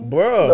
Bro